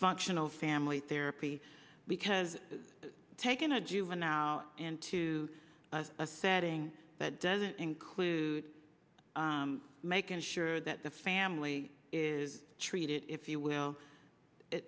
functional family therapy because taking a juvenile into a setting that doesn't include making sure that the family is treated if you will it